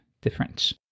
difference